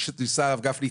ניסה הרב גפני,